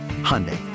Hyundai